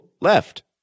Left